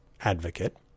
advocate